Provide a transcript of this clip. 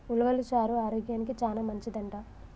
ఉలవలు చారు ఆరోగ్యానికి చానా మంచిదంట